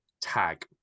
tag